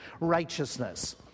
righteousness